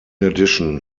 addition